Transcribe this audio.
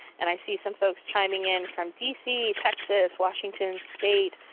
and i see some folks chiming in from d c, texas, washington state,